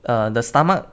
err the stomach